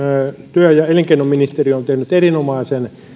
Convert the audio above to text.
työ ja elinkeinoministeri on tehnyt erinomaisen